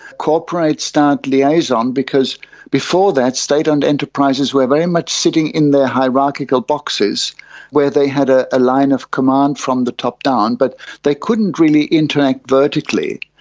corporate, start liaison, because before that, state owned enterprises were very much sitting in their hierarchical boxes where they had a ah line of command from the top down, but they couldn't really interact vertically.